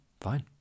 Fine